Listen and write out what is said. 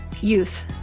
youth